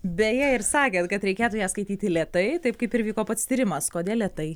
beje ir sakėt kad reikėtų ją skaityti lėtai taip kaip ir vyko pats tyrimas kodėl lėtai